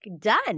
done